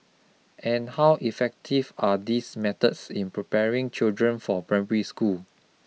and how effective are these methods in preparing children for primary school